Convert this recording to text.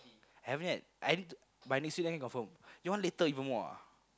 haven't yet I need to by next week then can confirm your one later even more ah